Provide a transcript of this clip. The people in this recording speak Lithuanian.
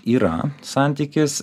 yra santykis